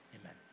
Amen